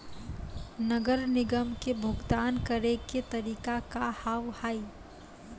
नगर निगम के भुगतान करे के तरीका का हाव हाई?